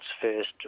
first